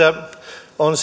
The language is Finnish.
on